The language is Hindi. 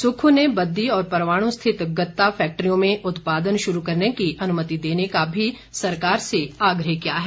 सुक्खू ने बद्दी और परवाणू स्थित गत्ता फैक्ट्रियों में उत्पादन शुरू करने की अनुमति देने का भी सरकार से आग्रह किया है